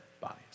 bodies